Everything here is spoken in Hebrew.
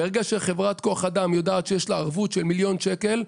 ברגע שחברת כוח אדם יודעת שיש לה ערבות של מיליון שקל,